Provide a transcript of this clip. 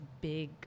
big